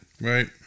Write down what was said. Right